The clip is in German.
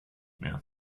mehr